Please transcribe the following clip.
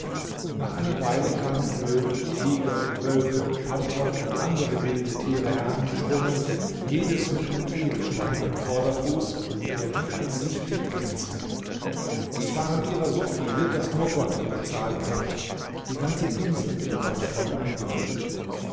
nach einer weile kamen löwen tiger wölfe panther und andere wilde tiere herangesprungen jedes mit einem edelstein im vorderfuß der wie ein licht glänzte es waren ihrer so viele daß nur gott ihre zahl kennt die ganze insel war davon angefüllt